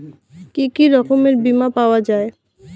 কি কি রকমের বিমা পাওয়া য়ায়?